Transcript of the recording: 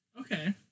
Okay